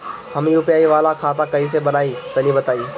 हम यू.पी.आई वाला खाता कइसे बनवाई तनि बताई?